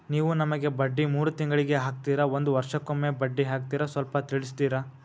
ನೀವು ನಮಗೆ ಬಡ್ಡಿ ಮೂರು ತಿಂಗಳಿಗೆ ಹಾಕ್ತಿರಾ, ಒಂದ್ ವರ್ಷಕ್ಕೆ ಒಮ್ಮೆ ಬಡ್ಡಿ ಹಾಕ್ತಿರಾ ಸ್ವಲ್ಪ ತಿಳಿಸ್ತೀರ?